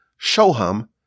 Shoham